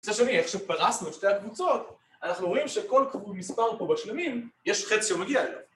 ניסיון שני, איך שפרסנו את שתי הקבוצות, אנחנו רואים שכל מספר פה בשלמים יש חץ שמגיע אליו